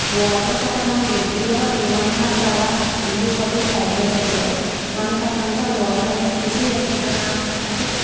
water కట్ట మన దగ్గరలో ఏమన్నా అక్కడ అలా ఉండిపోతే స్టాగ్నెట్ అయిపోతే మనకి అక్కడ నుంచి ఆ వాటర్ అనేది తీసి ఎక్కడికన్నా అంటే